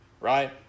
right